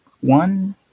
one